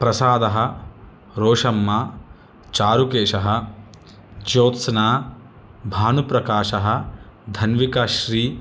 प्रसादः रोशम्मा चारुकेशः ज्योत्स्ना भानुप्रकाशः धन्विकाश्री